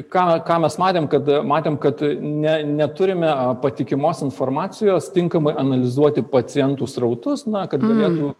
ką ką mes matėm kad matėm kad ne neturime patikimos informacijos tinkamai analizuoti pacientų srautus na kad galėtų